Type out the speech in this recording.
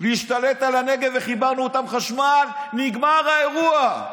להשתלט על הנגב וחיברנו אותם לחשמל, נגמר האירוע.